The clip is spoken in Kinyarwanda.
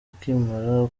akimara